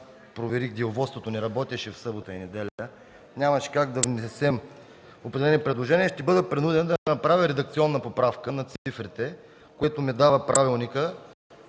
проверих, Деловодството не работеше в събота и неделя, и нямаше как да внесем определени предложения. Ще бъда принуден да направя редакционна поправка на цифрите в залата, което право ми дава правилникът.